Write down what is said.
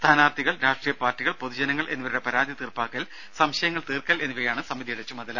സ്ഥാനാർത്ഥികൾ രാഷ്ട്രീയപാർട്ടികൾ പൊതുജനങ്ങൾ എന്നിവരുടെ പരാതി തീർപ്പാക്കൽ സംശയങ്ങൾ തീർക്കൽ എന്നിവയാണ് സമിതിയുടെ ചുമതല